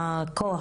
לכן,